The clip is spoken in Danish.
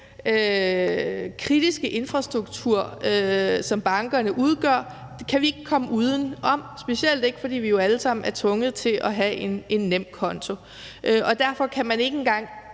kritiske infrastruktur, som bankerne udgør, kan vi ikke komme uden om, specielt ikke, fordi vi jo alle sammen er tvunget til at have en nemkonto. Derfor kan man ikke engang